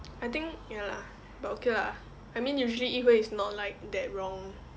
I think ya lah but okay lah I mean usually yi hui is not like that wrong